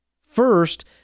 First